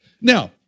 Now